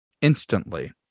instantly